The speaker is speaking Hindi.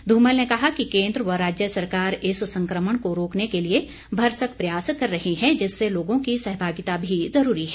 धूमल ने कहा कि केंद्र व राज्य सरकार इस संक्रमण को रोकने के लिए भरसक प्रयास कर रही हैं जिसमें लोगों की सहभागिता भी जरूरी है